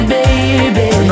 baby